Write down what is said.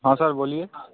हाँ सर बोलिए